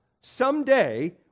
someday